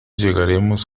llegaremos